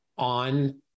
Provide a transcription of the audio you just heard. on